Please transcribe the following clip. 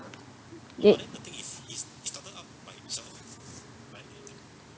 they